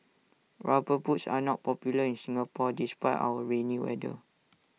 rubber boots are not popular in Singapore despite our rainy weather